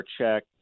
check